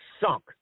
sunk